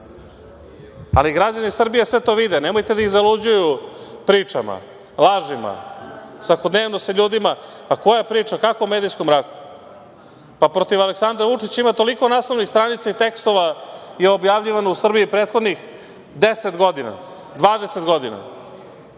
preteruje. Građani Srbije sve to vide. Nemojte da ih zaluđuju pričama, lažima. Svakodnevno se ljudima… Pa, koja priča? O kakvom medijskom ratu? Pa, protiv Aleksandra Vučića toliko naslovnih stranica i tekstova je objavljivano u Srbiji prethodnih 10-20 godina, da ja nisam